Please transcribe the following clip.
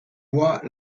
voix